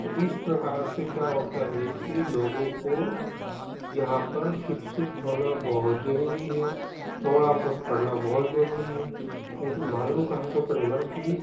तो इस प्रकार से क्या होता है कि लोगों को यहाँ पर शिक्षित होना बहुत जरुरी है थोड़ा बहुत पढ़ना बहुत जरुरी है नई तो मालूम कहाँ से पड़ेगा की